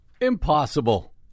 Impossible